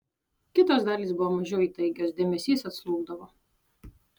kitos dalys buvo mažiau įtaigios dėmesys atslūgdavo